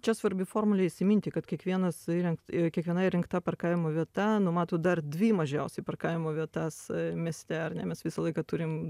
čia svarbi formulė įsiminti kad kiekvienas įrengt kiekviena įrengta parkavimo vieta numato dar dvi mažiausiai parkavimo vietas mieste ar ne mes visą laiką turim